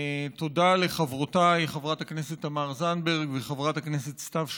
תודה לחברותיי חברת הכנסת תמר זנדברג וחברת הכנסת סתיו שפיר.